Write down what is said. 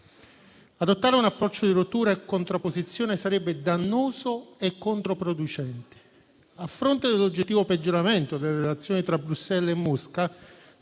Adottare un approccio di rottura e contrapposizione sarebbe dannoso e controproducente. A fronte dell'oggettivo peggioramento delle relazioni tra Bruxelles e Mosca,